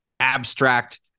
abstract